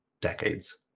decades